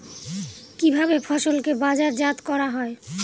কিভাবে ফসলকে বাজারজাত করা হয়?